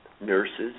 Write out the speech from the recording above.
nurses